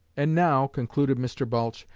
and now, concluded mr. balch,